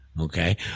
Okay